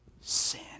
sin